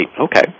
Okay